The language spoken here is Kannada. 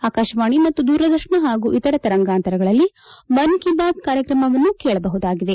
ಆಕಾಶವಾಣಿ ಮತ್ತು ದೂರದರ್ಶನ ಹಾಗೂ ಇತ ತರಾಂಗಾಂತರಗಳಲ್ಲಿ ಮನ್ ಕಿ ಬಾತ್ ಕಾರ್ಯಕ್ರಮವನ್ನು ಕೇಳಬಹುದಾಗಿದೆ